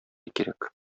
кирәк